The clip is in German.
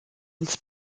ins